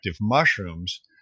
mushrooms